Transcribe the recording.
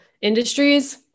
industries